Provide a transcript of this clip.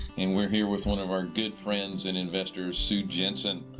and we are here with one of our good friends and investors, sue jensen.